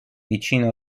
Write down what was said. vicino